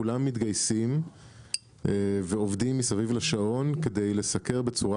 כולם מתגייסים ועובדים מסביב לשעון כדי לסקר בצורה